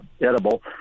edible